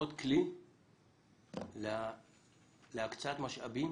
עוד כלי להקצאת משאבים